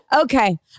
Okay